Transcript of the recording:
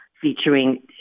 featuring